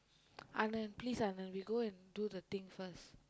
Anand please Anand we go and do the thing first